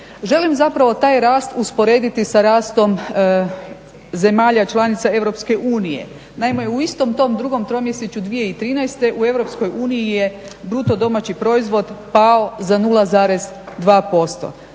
Želim zapravo taj rast usporediti sa rastom zemalja članica EU. Naime, u istom tom drugom tromjesečju 2013. u EU je BDP pao za 0,2%.